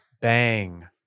bang